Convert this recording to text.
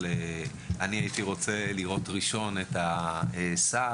והייתי רוצה לראות ראשון את השר,